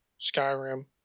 Skyrim